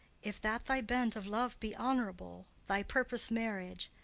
if that thy bent of love be honourable, thy purpose marriage,